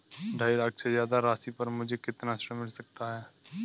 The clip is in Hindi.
ढाई लाख से ज्यादा राशि पर मुझे कितना ऋण मिल सकता है?